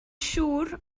siŵr